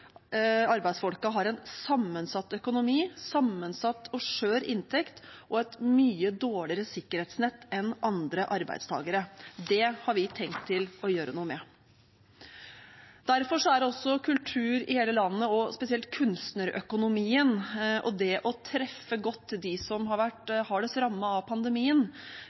har en sammensatt økonomi, en sammensatt og skjør inntekt og et mye dårligere sikkerhetsnett enn andre arbeidstakere. Det har vi tenkt å gjøre noe med. Derfor er også kultur i hele landet, spesielt kunstnerøkonomien, og det å treffe godt dem som har vært hardest rammet av pandemien,